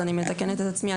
אני מתקנת את עצמי.